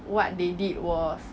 what they did was